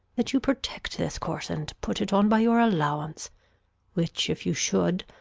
that you protect this course, and put it on by your allowance which if you should,